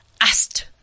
asked